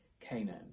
Canaan